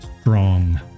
strong